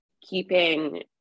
keeping